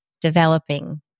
developing